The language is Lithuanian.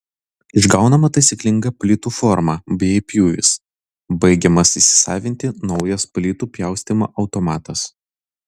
išgaunama taisyklinga plytų forma bei pjūvis baigiamas įsisavinti naujas plytų pjaustymo automatas